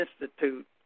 institute